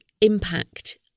impact